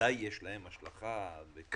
שבוודאי יש להן השלכה קריטית.